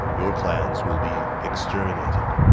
your clans will be exterminated.